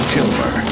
Kilmer